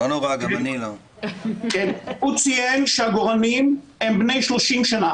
הוא ציין שהעגורנים הם בני 30 שנה.